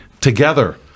together